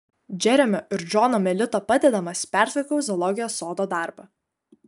džeremio ir džono melito padedamas pertvarkiau zoologijos sodo darbą